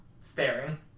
staring